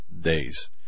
days